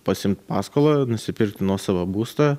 pasiimt paskolą nusipirkt nuosavą būstą